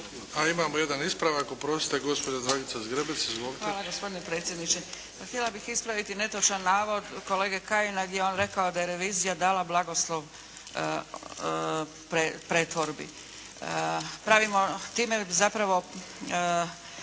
Dragica (SDP)** Hvala gospodine predsjedniče. Ma htjela bih ispraviti netočan navod kolege Kajina, gdje je on rekao da je revizija dala blagoslov pretvorbi. Time zapravo